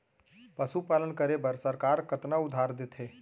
पशुपालन करे बर सरकार कतना उधार देथे?